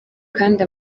kandi